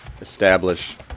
establish